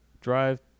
drive